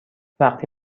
وقتی